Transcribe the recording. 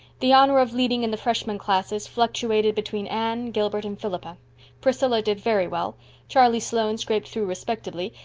the honor of leading in the freshman classes fluctuated between anne, gilbert and philippa priscilla did very well charlie sloane scraped through respectably,